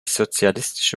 sozialistische